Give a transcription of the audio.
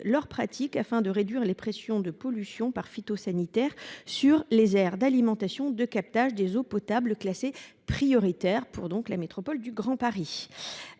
leurs pratiques afin de réduire la pression de pollution par les produits phytosanitaires sur les aires d’alimentation de captage d’eau potable classées prioritaires pour la métropole du Grand Paris.